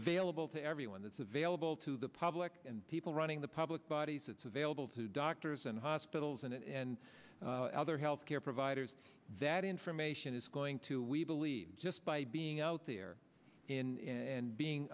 available to everyone that's available to the public and people running the public bodies it's available to doctors and hospitals and and other health care providers that information is going to we believe just by being out there in and being